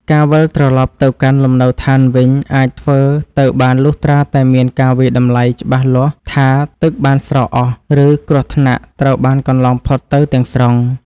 ការវិលត្រឡប់ទៅកាន់លំនៅឋានវិញអាចធ្វើទៅបានលុះត្រាតែមានការវាយតម្លៃច្បាស់លាស់ថាទឹកបានស្រកអស់ ឬគ្រោះថ្នាក់ត្រូវបានកន្លងផុតទៅទាំងស្រុង។